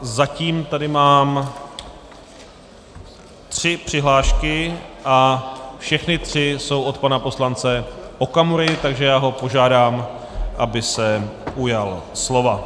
Zatím tady mám tři přihlášky a všechny tři jsou od pana poslance Okamury, takže já ho požádám, aby se ujal slova.